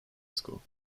school